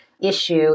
issue